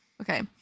Okay